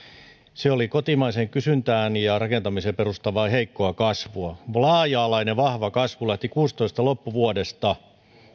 se oli kotimaiseen kysyntään ja rakentamiseen perustuvaa heikkoa kasvua laaja alainen vahva kasvu lähti loppuvuodesta kuusitoista